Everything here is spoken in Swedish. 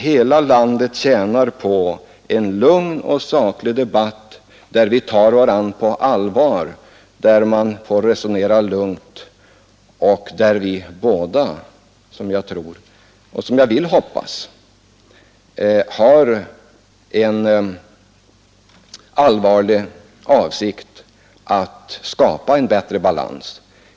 Hela landet tjänar på en lugn och saklig debatt där vi tar varandra på allvar och resonerar lugnt, eftersom vi båda, som jag vill tro och hoppas, har en allvarlig avsikt att skapa en bättre balans.